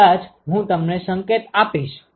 કદાચ હું તમને સંકેત આપીશ